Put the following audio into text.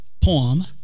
poem